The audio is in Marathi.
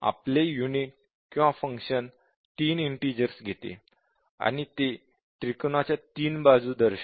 आपले युनिटफंक्शन 3 इंटेजर्स घेते आणि ते त्रिकोणाच्या 3 बाजू दर्शवते